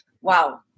wow